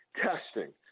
Testing